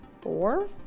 four